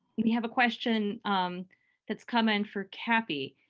we have a question that's come in for kathy.